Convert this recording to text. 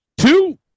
two